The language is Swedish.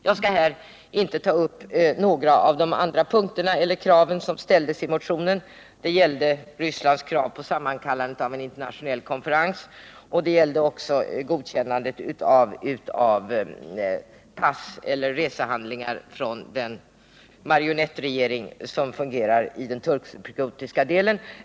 Jag skall här inte ta upp några av de andra punkter eller krav som ställdes i motionen — det gällde Rysslands krav på sammankallande av en internationell konferens och det gällde godkännande av pass eller resehandlingar från den marionettregering som fungerar i den turkcypriotiska delen.